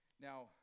Now